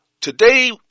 Today